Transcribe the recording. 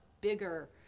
bigger